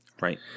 right